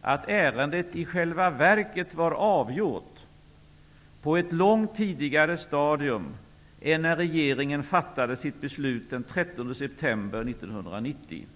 att ärendet i själva verket var avgjort på ett långt tidigare stadium än när regeringen fattade sitt beslut den 13 september 1990.